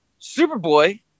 Superboy